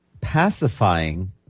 pacifying